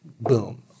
boom